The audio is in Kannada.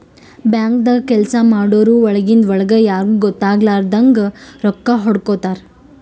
ಬ್ಯಾಂಕ್ದಾಗ್ ಕೆಲ್ಸ ಮಾಡೋರು ಒಳಗಿಂದ್ ಒಳ್ಗೆ ಯಾರಿಗೂ ಗೊತ್ತಾಗಲಾರದಂಗ್ ರೊಕ್ಕಾ ಹೊಡ್ಕೋತಾರ್